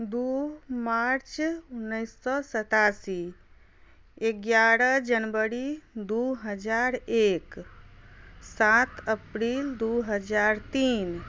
दू मार्च उनैस सओ सतासी एगारह जनवरी दू हजार एक सात अप्रैल दू हजार तीन